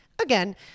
again